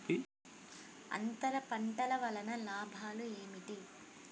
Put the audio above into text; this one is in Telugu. అంతర పంటల వలన లాభాలు ఏమిటి?